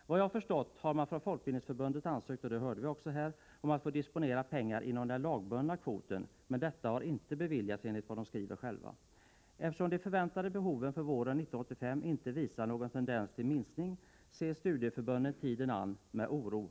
Efter vad jag förstått har man från Folkbildningsförbundet — och det hörde vi också här — ansökt om att få disponera pengar inom den lagbundna kvoten, men detta har inte beviljats enligt vad Folkbildningsförbundet skriver. Eftersom de förväntade behoven för våren 1985 inte visar någon tendens till minskning ser studieförbunden tiden an med oro.